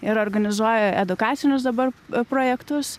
ir organizuoja edukacinius dabar projektus